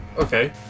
Okay